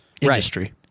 industry